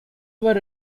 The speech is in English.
were